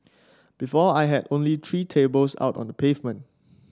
before I had only three tables out on the pavement